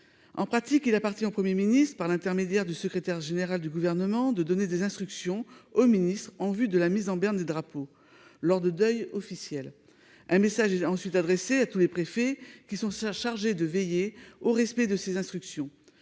En pratique, il appartient au Premier ministre, par l'intermédiaire du secrétariat général du Gouvernement, de donner des instructions aux ministres, en vue de la mise en berne des drapeaux lors de deuils officiels. Un message est ensuite adressé à tous les préfets, qui sont chargés de veiller au respect de ces instructions.